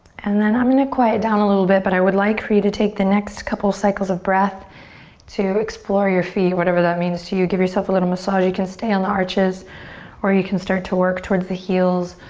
and then i'm gonna quiet down a little bit but i would like for you to take the next couple cycles of breath to explore your feet. whatever that means to you. give yourself a little massage. you can stay on your arches or you can start to work towards the heels,